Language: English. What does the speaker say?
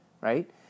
right